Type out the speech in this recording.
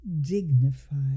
dignified